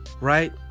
right